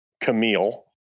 Camille